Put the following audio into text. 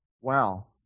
Wow